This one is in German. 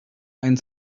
ein